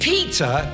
Peter